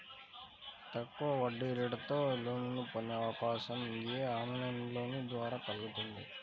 తక్కువ వడ్డీరేటుతో లోన్లను పొందే అవకాశం యీ ఆన్లైన్ లోన్ల ద్వారా కల్గుతుంది